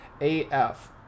af